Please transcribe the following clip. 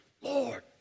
Lord